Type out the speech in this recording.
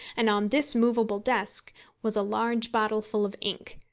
and on this movable desk was a large bottle full of ink.